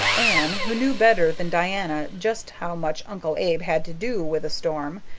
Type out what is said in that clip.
anne, who knew better than diana just how much uncle abe had to do with the storm,